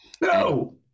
No